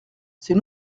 c’est